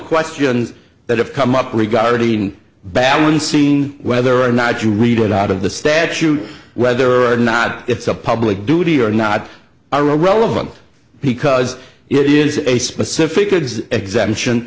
questions that have come up regarding balancing whether or not you read it out of the statute whether or not it's a public duty or not a relevant because it is a specific exemption